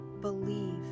believe